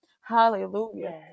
Hallelujah